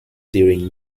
during